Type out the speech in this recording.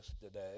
today